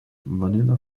vanilla